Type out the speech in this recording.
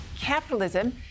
capitalism